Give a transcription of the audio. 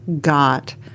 got